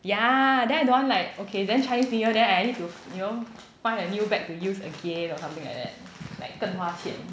ya then I don't want like okay then chinese new year then I need to you know find a new bag to use again or something like that like 更花钱